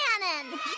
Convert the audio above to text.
cannon